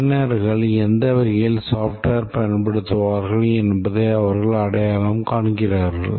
பயனர் எந்த வகையில் software பயன்படுத்துவார் என்பதை அவர்கள் அடையாளம் காண்கிறார்கள்